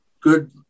good